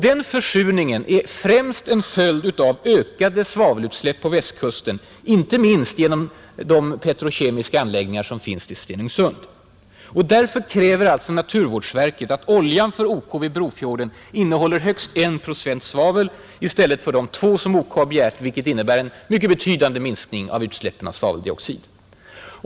Den försurningen är främst en följd av ökade svavelutsläpp på Västkusten, inte minst från de petrokemiska anläggningar som finns i Stenungsund. Därför kräver naturvårdsverket att den olja OK använder vid Brofjorden skall innehålla högst 1 procent svavel i stället för 2 procent som OK begärt. Det blir en betydande minskning av utsläppen av svaveldioxid.